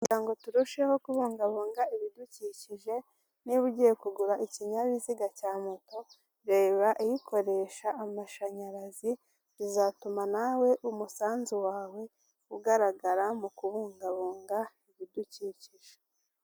Kugira ngo turusheho kubungabunga ibidukikije, niba ugiye kugura ikinyabiziga cya moto, reba ikoresha amashanyarazi, bizatuma nawe umusanzu wawe ugaragara mu kubungabunga ibidukikije.